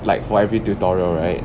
like for every tutorial right